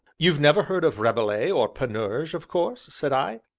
you've never heard of rabelais, or panurge, of course, said i.